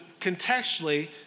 contextually